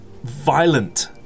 violent